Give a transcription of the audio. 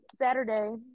Saturday